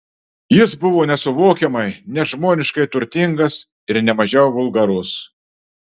jis buvo nesuvokiamai nežmoniškai turtingas ir ne mažiau vulgarus